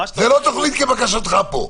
זאת לא תוכנית כבקשתך פה.